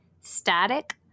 static